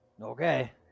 Okay